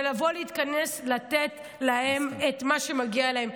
ולבוא להתכנס לתת להם את מה שמגיע להם,